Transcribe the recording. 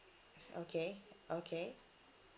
okay okay